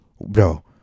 Bro